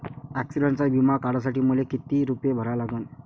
ॲक्सिडंटचा बिमा काढा साठी मले किती रूपे भरा लागन?